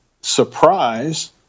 surprise